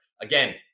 Again